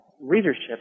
Readership